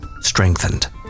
strengthened